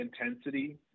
intensity